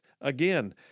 again